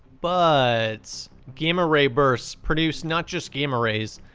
but, gamma ray bursts produce not just gamma rays,